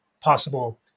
possible